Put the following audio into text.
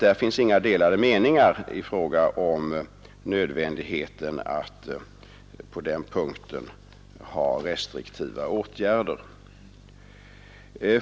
Det finns inga delade meningar i fråga om nödvändigheten att på den punkten ha restriktiva åtgärder.